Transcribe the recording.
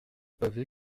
pavé